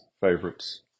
favorites